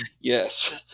Yes